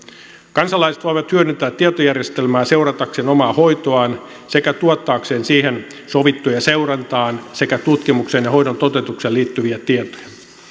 kansalaiset voivat hyödyntää tietojärjestelmää seuratakseen omaa hoitoaan sekä tuottaakseen siihen sovittuja seurantaan sekä tutkimukseen ja hoidon toteutukseen liittyviä tietoja